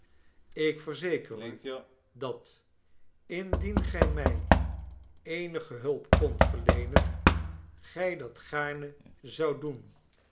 ik verzeker u dat indien gij mij eenige hulp kondt verleenen gij dat gaarne zoudt doen